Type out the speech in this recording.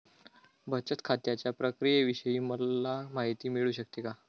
बचत खात्याच्या प्रक्रियेविषयी मला माहिती मिळू शकते का?